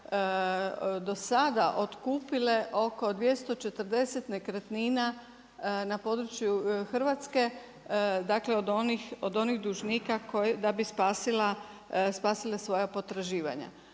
do sada otkupile oko 240 nekretnina na području Hrvatske, dakle od onih dužnika da bi spasila svoja potraživanja.